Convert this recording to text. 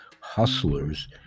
hustlers